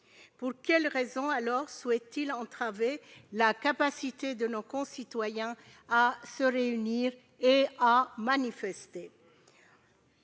pour quelles raisons souhaite-t-il entraver la capacité de nos concitoyens à se réunir et à manifester ?